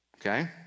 Okay